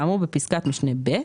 כאמור בפסקת משנה )ב(,